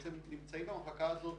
בעצם נמצאים במחלקה הזאת